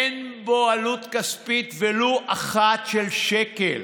אין בו עלות כספית ולו אחת, של שקל.